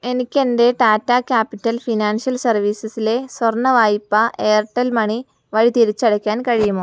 എനിക്കെന്റെ Tata capital financial സർവീസസിലെ സ്വർണ്ണവായ്പ എയർടെൽ മണി വഴി തിരിച്ചടയ്ക്കാൻ കഴിയുമോ